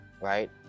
right